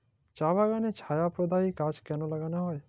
চা বাগানে ছায়া প্রদায়ী গাছ কেন লাগানো হয়?